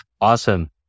Awesome